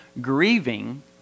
grieving